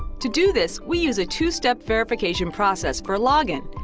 to do this, we use a two-step verification process for login.